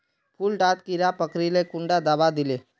फुल डात कीड़ा पकरिले कुंडा दाबा दीले?